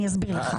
אני אסביר לך.